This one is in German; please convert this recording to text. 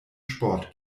sport